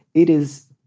it is.